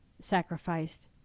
sacrificed